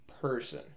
person